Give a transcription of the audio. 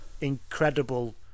incredible